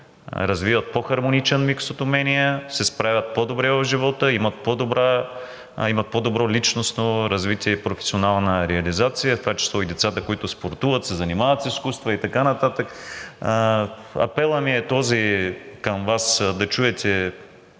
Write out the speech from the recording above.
развиват по-хармоничен микс от умения, се справят по-добре в живота, имат по-добро личностно развитие и професионална реализация, в това число и децата, които спортуват, занимават се с изкуства и така нататък. Апелът ми е този към Вас – да чуете